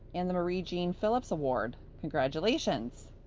and the marie jean philip's award. congratulations.